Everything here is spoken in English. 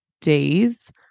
days